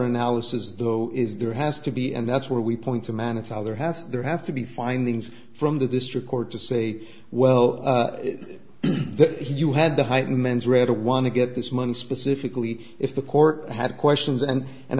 analysis though is there has to be and that's where we point to manage the other has there have to be findings from the district court to say well you had the heightened mens read a want to get this money specifically if the court had questions and and